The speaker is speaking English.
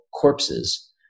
corpses